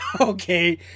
okay